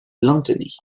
lanthenay